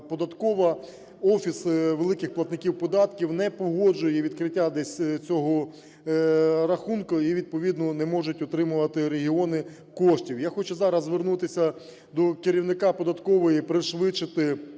офіси великих платників податків не погоджує відкриття десь цього рахунку, і відповідно не можуть утримувати регіони коштів. Я хочу зараз звернутися до керівника податкової пришвидшити